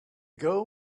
girl